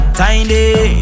tiny